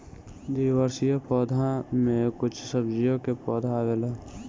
द्विवार्षिक पौधा में कुछ सब्जी के पौधा आवेला